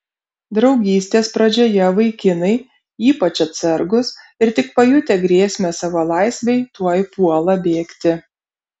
draugystės pradžioje vaikinai ypač atsargūs ir tik pajutę grėsmę savo laisvei tuoj puola bėgti